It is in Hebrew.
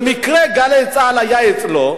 במקרה "גלי צה"ל" היה אצלו,